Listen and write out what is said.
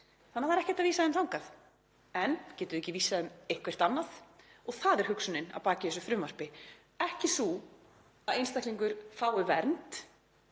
Þannig að það er ekkert verið að vísa þeim þangað. En getum við ekki vísað þeim eitthvert annað? Og það er hugsunin að baki þessu frumvarpi, ekki sú að einstaklingur fái vernd